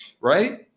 right